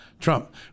Trump